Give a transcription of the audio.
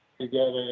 together